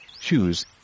shoes